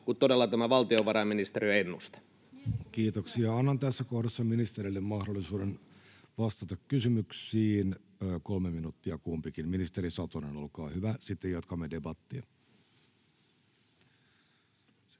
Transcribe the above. vuodelle 2025 Time: 13:35 Content: Kiitoksia. — Annan tässä kohdassa ministereille mahdollisuuden vastata kysymyksiin, kolme minuuttia kumpikin. — Ministeri Satonen, olkaa hyvä. — Sitten jatkamme debattia.